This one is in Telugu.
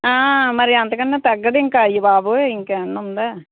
మరి అంతకన్నా తగ్గదు ఇంక అయ్యబాబోయి ఇంకేమన్నా ఉందా